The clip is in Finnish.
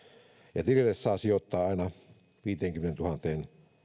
ja tilille saa sijoittaa aina viiteenkymmeneentuhanteen